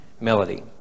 melody